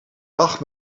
dag